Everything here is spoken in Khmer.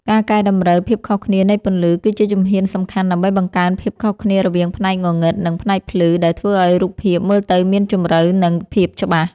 ការកែតម្រូវ ភាពខុសគ្នានៃពន្លឺ គឺជាជំហ៊ានសំខាន់ដើម្បីបង្កើនភាពខុសគ្នារវាងផ្នែកងងឹត និងផ្នែកភ្លឺ ដែលធ្វើឱ្យរូបភាពមើលទៅមានជម្រៅ និងភាពច្បាស់។